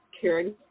Karen